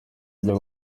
byo